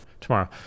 tomorrow